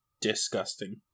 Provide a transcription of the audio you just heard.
disgusting